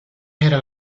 era